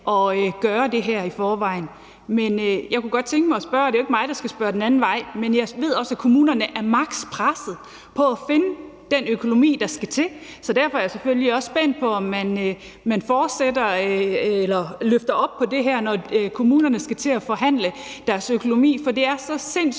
at gøre det her. Men jeg kunne godt tænke mig at spørge om noget. Det er jo ikke mig, der skal spørge den anden vej, men jeg ved også, at kommunerne er maks. pressede i forhold til at finde den økonomi, der skal til. Derfor er jeg selvfølgelig også spændt på, om man følger op på det her, når kommunerne skal til at forhandle deres økonomi. For det er så sindssygt